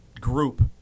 group